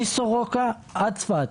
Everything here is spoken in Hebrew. מסורוקה עד צפת.